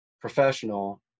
professional